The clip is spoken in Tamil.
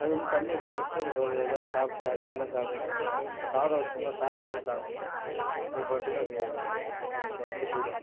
அது வந்து தண்ணி குடிச்சிப்பிட்டு அது இப்போ அதல்லாம் சாப்பிட்டுட்டு அரிசில்லாம் சாப்பிட்டுட்டு சாதம் வைச்சோம்னா சாதத்தைலாம் சாப்பிட்டுட்டு அது பாட்டுக்கு அது பறந்து போய்விடும்